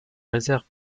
réserve